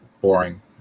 boring